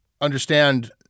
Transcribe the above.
understand